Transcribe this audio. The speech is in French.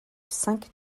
cinq